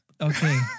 Okay